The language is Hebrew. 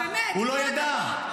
מה הוא אמר לך?